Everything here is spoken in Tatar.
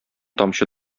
тамчы